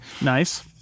Nice